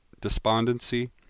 despondency